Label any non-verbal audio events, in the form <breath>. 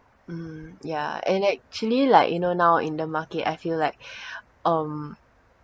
mm yeah and actually like you know now in the market I feel like <breath> um